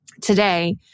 today